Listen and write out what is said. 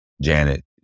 Janet